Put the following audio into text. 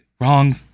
Wrong